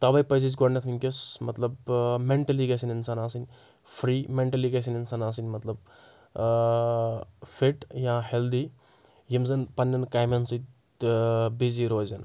تَوے پزِ أسۍ گۄڈٕنیٚتھ وٕنکیٚس مطلب مِٮ۪نٹٕلی گژھان انسان آسٕنۍ فرِی مؠنٹلٕی گژھان انسان آسٕنۍ مطلب فِٹ یا ہِیَلدِی یِم زَن پننؠن کامؠن سۭتۍ بِزِی روزِن